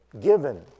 given